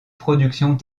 productions